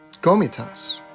Gomitas